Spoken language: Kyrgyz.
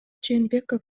жээнбеков